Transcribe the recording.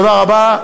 תודה רבה.